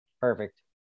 perfect